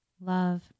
love